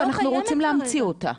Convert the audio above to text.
ואנחנו רוצים להמציא אותה?